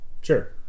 Sure